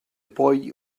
boy